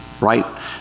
right